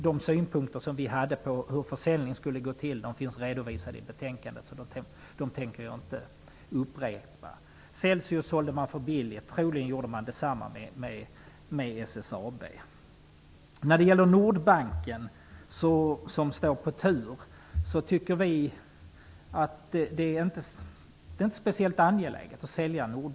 De synpunkter vi hade på hur försäljningen skulle gå till finns redovisade i betänkandet. Jag tänker därför inte upprepa dem. Celsius sålde man för billigt. Troligen gjorde man detsamma med SSAB. Nordbanken, som står på tur, tycker vi inte att det är speciellt angeläget att sälja.